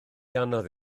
anodd